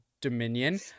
dominion